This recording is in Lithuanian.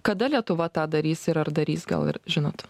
kada lietuva tą darys ir ar darys gal ir žinot